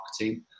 marketing